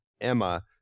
Emma